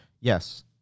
yes